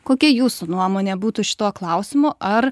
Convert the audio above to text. kokia jūsų nuomonė būtų šituo klausimu ar